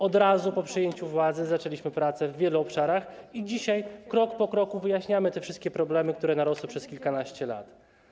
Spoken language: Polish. Od razu po przejęciu władzy zaczęliśmy prace w wielu obszarach i dzisiaj krok po kroku wyjaśniamy te wszystkie problemy, które narosły przez kilkanaście lat.